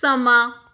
ਸਮਾਂ